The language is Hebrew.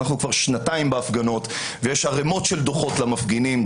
אנחנו כבר שנתיים בהפגנות ויש ערמות של דוחות למפגינים.